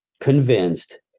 convinced